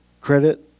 credit